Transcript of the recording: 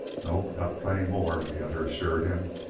nope got plenty more, the other assured him.